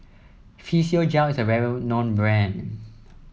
Physiogel is a well known brand